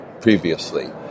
previously